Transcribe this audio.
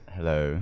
Hello